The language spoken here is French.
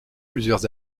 plusieurs